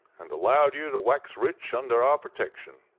and allowed you to wax rich under our protection.